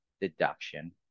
deduction